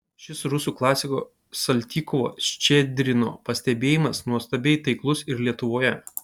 šis rusų klasiko saltykovo ščedrino pastebėjimas nuostabiai taiklus ir lietuvoje